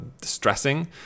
distressing